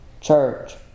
church